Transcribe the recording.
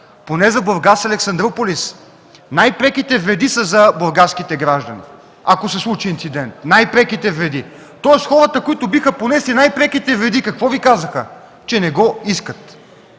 поне за „Бургас – Александруполис” най-преките вреди са за бургаските граждани, ако се случи инцидент. Най-преките вреди! Тоест хората, които биха понесли най-преките вреди, какво Ви казаха? – Че не го искат.